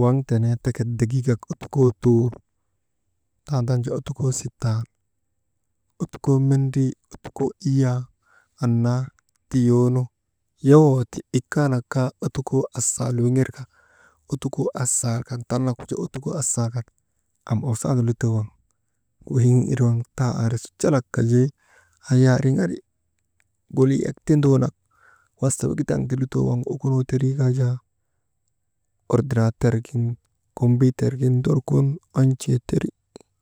waŋ tenee teket degiigak ottukoo tuur tandaanu jaa ottukoo sittal, ottukoo mendrii, ottukoo iyaa annaa tiyoonu, yowoo ti ikaanak kaa ottukoo asaal winil ka «Hesitation» awsandi lutoo waŋgu weeyiŋ irii waŋ taa ari su calak kajii ayaariŋari, guliyak ti duunak wasa wegitaŋ ti lutoo waŋgu okunoo kaa jaa, ordinaater gin kombiiter gin ndorkun on̰tee teri.